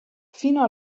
fino